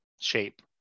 shape